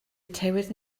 tywydd